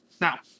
Now